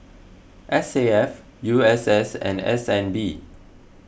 S A F U S S and S N B